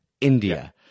India